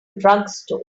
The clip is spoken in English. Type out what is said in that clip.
drugstore